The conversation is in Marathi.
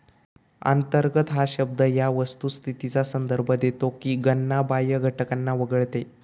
अंतर्गत हा शब्द या वस्तुस्थितीचा संदर्भ देतो की गणना बाह्य घटकांना वगळते